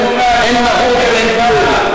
אין מרות ואין כלום,